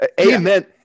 Amen